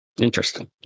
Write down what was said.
Interesting